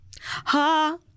ha